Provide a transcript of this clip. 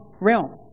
realm